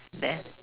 then